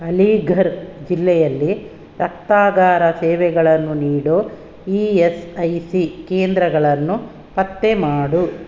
ಅಲೀಘರ್ ಜಿಲ್ಲೆಯಲ್ಲಿ ರಕ್ತಾಗಾರ ಸೇವೆಗಳನ್ನು ನೀಡೋ ಇ ಎಸ್ ಐ ಸಿ ಕೇಂದ್ರಗಳನ್ನು ಪತ್ತೆ ಮಾಡು